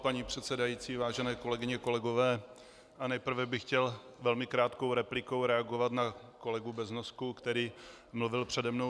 Paní předsedající, vážené kolegyně, kolegové, nejprve bych chtěl velmi krátkou replikou reagovat na kolegu Beznosku, který mluvil přede mnou.